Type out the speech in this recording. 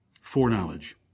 foreknowledge